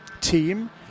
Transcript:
team